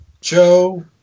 Joe